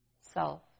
self